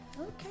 okay